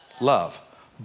Love